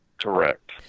correct